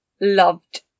loved